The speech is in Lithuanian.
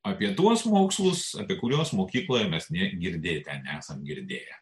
apie tuos mokslus apie kuriuos mokykloje mes nė girdėte nesam girdėję